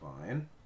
Fine